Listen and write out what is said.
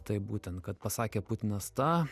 taip būtent kad pasakė putinas tą